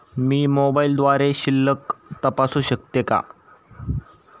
मी मोबाइलद्वारे शिल्लक तपासू शकते का?